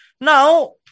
Now